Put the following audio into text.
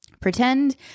pretend